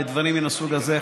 ודברים מן הסוג הזה,